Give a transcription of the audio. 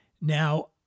Now